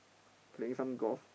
playing some golf